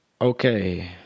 Okay